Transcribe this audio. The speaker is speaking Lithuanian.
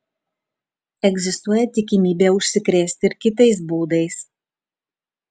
egzistuoja tikimybė užsikrėsti ir kitais būdais